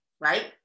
right